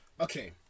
Okay